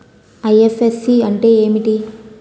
IFSC అంటే ఏమిటి?